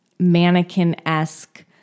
mannequin-esque